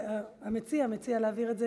המציע מציע להעביר את זה